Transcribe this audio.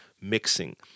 mixing